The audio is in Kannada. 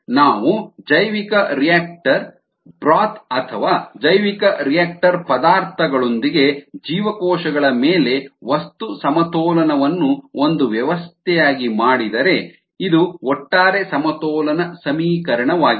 ನಾವು ಜೈವಿಕರಿಯಾಕ್ಟರ್ ಬ್ರೋತ್ ಅಥವಾ ಜೈವಿಕರಿಯಾಕ್ಟರ್ ಪದಾರ್ಥಗಳೊಂದಿಗೆ ಜೀವಕೋಶಗಳ ಮೇಲೆ ವಸ್ತು ಸಮತೋಲನವನ್ನು ಒಂದು ವ್ಯವಸ್ಥೆಯಾಗಿ ಮಾಡಿದರೆ ಇದು ಒಟ್ಟಾರೆ ಸಮತೋಲನ ಸಮೀಕರಣವಾಗಿದೆ